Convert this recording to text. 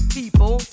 people